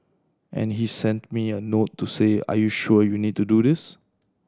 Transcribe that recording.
and he sent me a note to say are you sure you need to do this